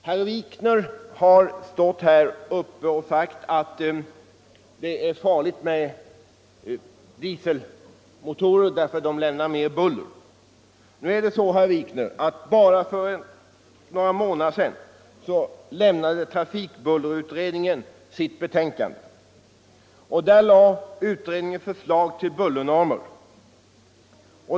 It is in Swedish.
Herr Wikner påstod att dieselmotorn är farlig därför att den bullrar mer. Men bara för några månader sedan avlämnade trafikbullerutredningen sitt betänkande med förslag till bullernormer.